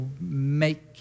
make